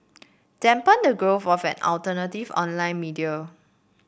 dampen the growth of alternative online media